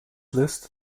list